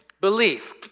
belief